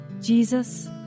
Jesus